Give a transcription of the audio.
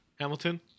Hamilton